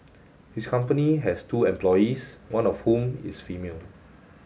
his company has two employees one of whom is female